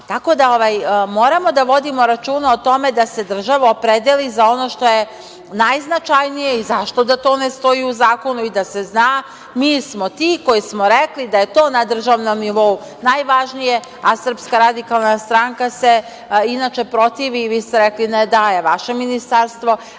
tako. Tako da, moramo da vodimo računa o tome da se država opredeli za ono što je najznačajnije. Zašto da to ne stoji i u zakonu i da se zna – mi smo ti koji smo rekli da je to na državnom nivou najvažnije. Inače, SRS se protivi, vi ste rekli, ne daje vaše ministarstvo,